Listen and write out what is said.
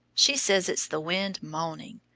she says it's the wind moaning.